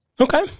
Okay